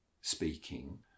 speaking